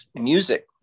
music